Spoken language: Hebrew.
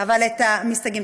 אבל את המסתייגים.